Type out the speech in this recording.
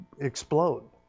explode